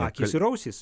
akys ir ausys